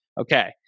okay